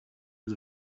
was